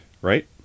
right